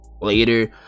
later